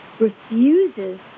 refuses